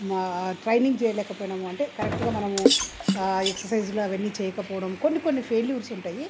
training చేయలేకపోయాము అంటే కరెక్ట్గా మనము ఎక్ససైజులు అవన్నీ చేయకపోవడం కొన్ని కొన్ని ఫెయిల్యూర్స్ ఉంటాయి